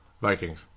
Vikings